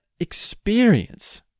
experience